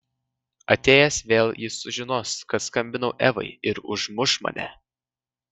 atėjęs vėl jis sužinos kad skambinau evai ir užmuš mane